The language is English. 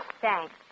Thanks